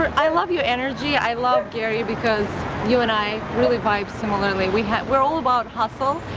i love your energy, i love gary because you and i really vibe similarly. we're we're all about hustle,